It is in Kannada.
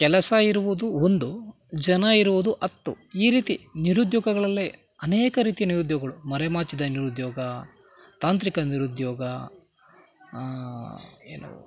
ಕೆಲಸ ಇರುವುದು ಒಂದು ಜನ ಇರುವುದು ಹತ್ತು ಈ ರೀತಿ ನಿರುದ್ಯೋಗಗಳಲ್ಲೇ ಅನೇಕ ರೀತಿ ನಿರುದ್ಯೋಗಗಳು ಮರೆಮಾಚಿದ ನಿರುದ್ಯೋಗ ತಾಂತ್ರಿಕ ನಿರುದ್ಯೋಗ ಏನು